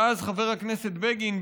ואז חבר הכנסת בגין,